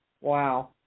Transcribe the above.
Wow